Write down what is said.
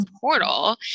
portal